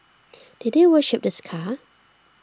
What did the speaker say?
did they worship this car